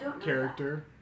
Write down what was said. character